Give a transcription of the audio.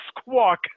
squawk